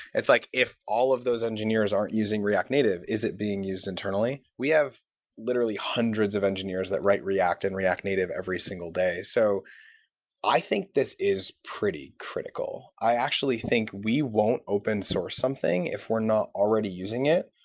it's like if all of those engineers aren't using react native, is it being used internally? we have literally hundreds of engineers that write react in and react native every single day. so i think this is pretty critical. i actually think we won't open-source something if we're not already using it,